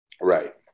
Right